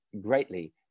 greatly